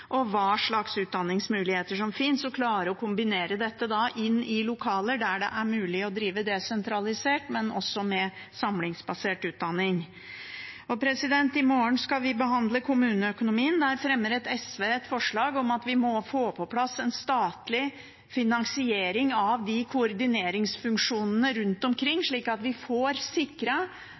og hva slags utdanningsmuligheter som finnes – det å klare å kombinere dette inn i lokaler der det er mulig å drive desentralisert, og også samlingsbasert, utdanning. I morgen skal vi behandle kommuneøkonomien. Der fremmer SV et forslag om at vi må få på plass en statlig finansiering av koordineringsfunksjonene rundt omkring slik at vi får